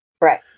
Right